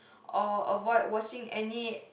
or avoid watching any